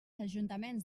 ajuntaments